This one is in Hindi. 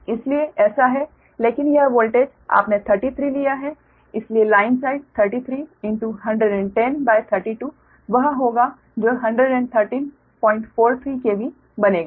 इसलिए ऐसा है लेकिन यह वोल्टेज आपने 33 लिया है इसलिए लाइन साइड 3311032 वह होगा जो 11343 KV बनेगा